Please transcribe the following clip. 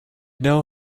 know